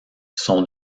sont